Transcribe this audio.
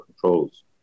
controls